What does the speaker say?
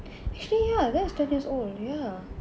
actually ya that's ten years old ya